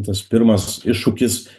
tas pirmas iššūkis